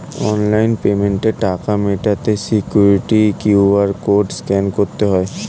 online পেমেন্টে টাকা মেটাতে সিকিউরিটি কিউ.আর কোড স্ক্যান করতে হয়